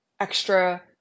extra